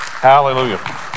Hallelujah